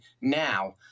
now